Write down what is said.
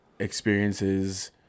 experiences